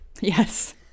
Yes